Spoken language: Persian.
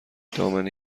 دامنه